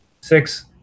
six